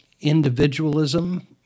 individualism